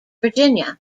virginia